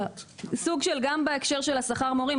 סוג של גם בהקשר של שכר מורים,